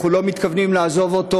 אנחנו לא מתכוונים לעזוב אותו.